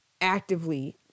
actively